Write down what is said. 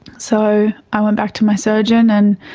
so i went back to my surgeon and